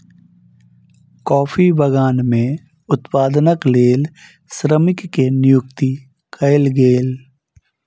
coffee बगान में उत्पादनक लेल श्रमिक के नियुक्ति कयल गेल